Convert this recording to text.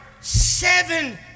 seven